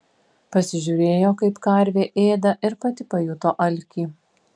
pasižiūrėjo kaip karvė ėda ir pati pajuto alkį